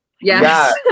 yes